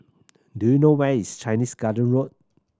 do you know where is Chinese Garden Road